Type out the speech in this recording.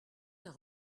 d’un